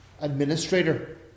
administrator